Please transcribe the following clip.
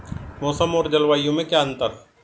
मौसम और जलवायु में क्या अंतर?